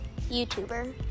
Youtuber